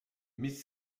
miss